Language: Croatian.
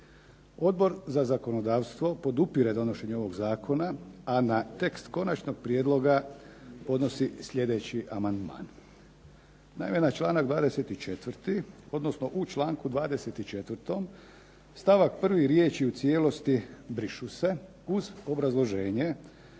Odbor za zakonodavstvo podupire donošenje ovog zakona, a na tekst konačnog prijedloga podnosi sljedeći amandman. Naime na članak 24., odnosno u članku 24. stavak 1. riječi u cijelosti brišu se, uz obrazloženje,